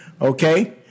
okay